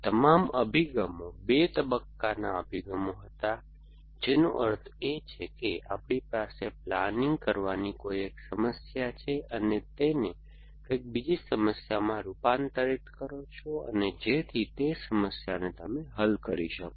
આ તમામ અભિગમો 2 તબક્કાના અભિગમો હતા જેનો અર્થ એ છે કે આપણી પાસે પ્લાંનિંગ કરવાની કોઈ એક સમસ્યા છે તમે તેને કંઈક બીજી સમસ્યામાં રૂપાંતરિત કરો છો અને જેથી તે સમસ્યાને તમે હલ કરી શકો